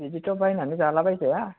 बिदिथ' बायनानै जाला बायजाया